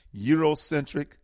Eurocentric